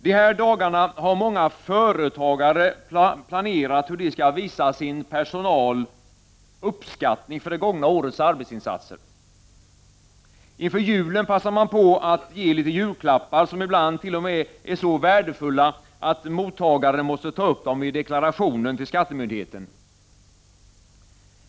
De här dagarna har många företagare planerat hur de skall visa sin personal uppskattning för det gångna årets arbetsinsats. Inför julen passar man på att ge litet julklappar, som ibland t.o.m. är så värdefulla att mottagaren måste ta upp dem i deklarationen till skattemyndigheten.